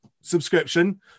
subscription